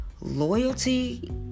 loyalty